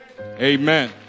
Amen